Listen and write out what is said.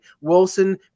Wilson